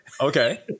Okay